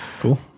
Cool